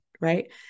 Right